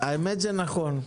זה נכון.